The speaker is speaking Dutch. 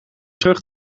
terug